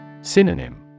Synonym